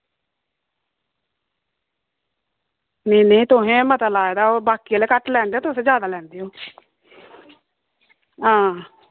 नेईं नेईं तुसें मता लाये दा बाकी आह्ले घट्ट लैंदे तुस जादै लैंदे ओ आं